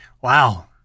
Wow